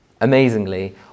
Amazingly